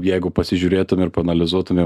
jeigu pasižiūrėtume ir paanalizuotume